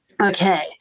Okay